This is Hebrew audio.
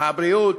הבריאות,